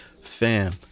Fam